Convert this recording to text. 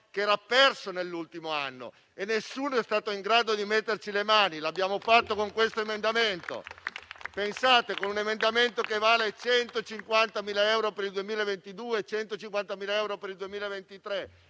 che si era perso nell'ultimo anno. Nessuno è stato in grado di metterci le mani: lo abbiamo fatto noi con questo emendamento che vale 150.000 euro per il 2022 e 150.000 euro per il 2023.